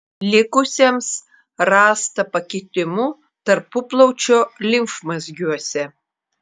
likusiems rasta pakitimų tarpuplaučio limfmazgiuose